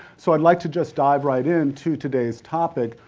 so, i'd like to just dive right into today's topic,